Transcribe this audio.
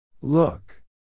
Look